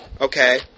Okay